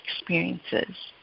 experiences